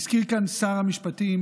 הזכיר כאן שר המשפטים